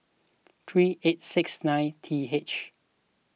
three eight six nine T H